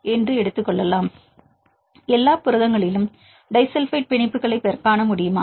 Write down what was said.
3Kcalmole எடுத்துக் கொள்ளலாம் எல்லா புரதங்களிலும் டிஸல்பைட் பிணைப்புகளைக் காண முடியுமா